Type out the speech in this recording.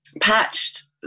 patched